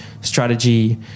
strategy